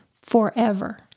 forever